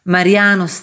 Mariano